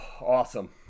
Awesome